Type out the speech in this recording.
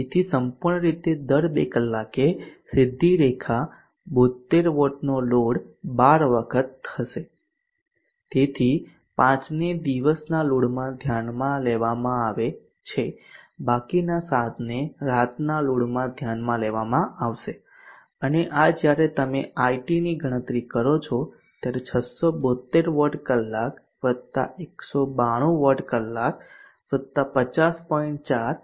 તેથી સંપૂર્ણ રીતે દર 2 કલાકે સીધી રેખા 72 વોટનો લોડ 12 વખત થશે તેથી 5 ને દિવસના લોડમાં ધ્યાનમાં લેવામાં આવે છે બાકીના 7 ને રાતના લોડમાં ધ્યાનમાં લેવામાં આવશે અને આ જ્યારે તમે it ની ગણતરી કરો છો ત્યારે 672 વોટ કલાક વત્તા 192 વોટ કલાક વત્તા 50